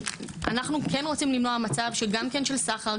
אנחנו כן רוצים למנוע מצב גם של סחר,